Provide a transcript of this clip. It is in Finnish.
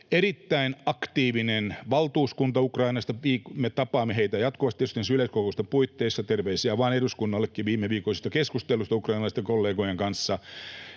erittäin aktiivinen valtuuskunta Ukrainasta, me tapaamme heitä jatkuvasti tietysti näiden yleiskokousten puitteissa — terveisiä vaan eduskunnallekin viimeviikkoisesta keskustelusta ukrainalaisten kollegojen kanssa